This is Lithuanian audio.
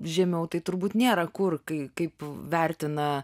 žemiau tai turbūt nėra kur kai kaip vertina